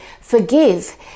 forgive